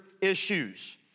issues